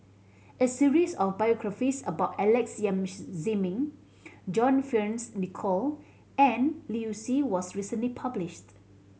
a series of biographies about Alex Yam Ziming John Fearns Nicoll and Liu Si was recently published